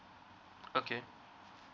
okay